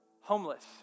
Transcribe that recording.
homeless